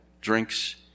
drinks